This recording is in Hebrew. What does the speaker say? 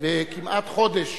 וכמעט חודש